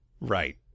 Right